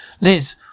Liz